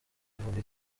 ivuga